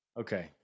Okay